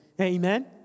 Amen